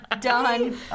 Done